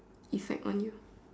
it's like on you